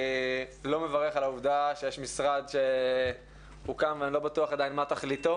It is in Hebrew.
לא מברך על העובדה שיש משרד שהוקם ואני לא בטוח עדיין מה תכליתו,